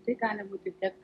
tai gali būti tiek